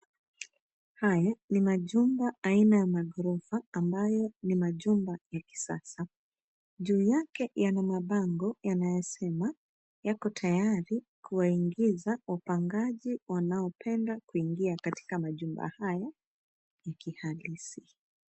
Haya ni majumba aina ya maghorofa ambayo ni majumba ya kisasa. Juu yake yana mabango yanayosema yako tayari kuwaingiza wapangaji wanaopenda kuingia katika majumba haya ya kihalisi.